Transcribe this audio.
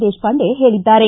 ದೇಶಪಾಂಡೆ ಹೇಳಿದ್ದಾರೆ